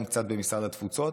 גם קצת במשרד התפוצות,